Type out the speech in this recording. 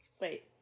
Wait